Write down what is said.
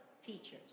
features